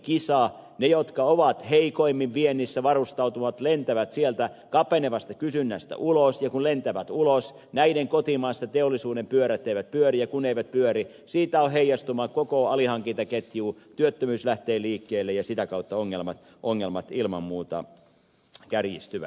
ne jotka ovat heikoimmin vientiin varustautuneet lentävät sieltä kapenevasta kysynnästä ulos ja kun lentävät ulos näiden kotimaassa teollisuuden pyörät eivät pyöri ja kun eivät pyöri siitä on heijastuma koko alihankintaketjuun työttömyys lähtee liikkeelle ja sitä kautta ongelmat ilman muuta kärjistyvät